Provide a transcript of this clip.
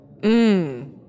Mmm